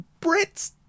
Brits